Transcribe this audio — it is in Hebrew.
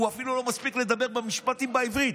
הוא אפילו לא מספיק לדבר משפטים בעברית,